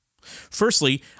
Firstly